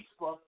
Facebook